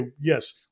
yes